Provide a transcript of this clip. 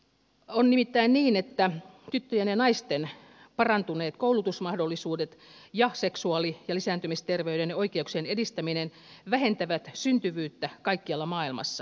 on nimittäin niin että tyttöjen ja naisten parantuneet koulutusmahdollisuudet ja seksuaali ja lisääntymisterveyden ja oikeuksien edistäminen vähentävät syntyvyyttä kaikkialla maailmassa